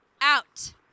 out